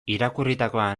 irakurritakoa